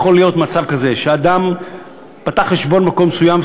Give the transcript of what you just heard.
יכול להיות ממצב כזה שהאדם פתח חשבון במקום מסוים,